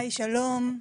היי שלום.